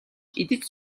идэж